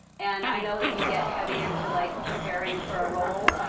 and i know that you get heavy into, like, preparing for a role.